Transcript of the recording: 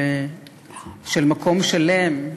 של מקום שלם,